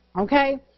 okay